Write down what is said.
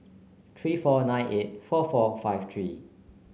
three four nine eight four four five three